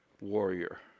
warrior